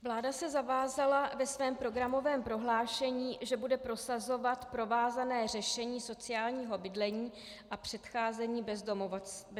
Vláda se zavázala ve svém programovém prohlášení, že bude prosazovat provázané řešení sociálního bydlení a předcházení bezdomovectví.